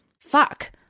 Fuck